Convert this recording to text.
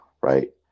right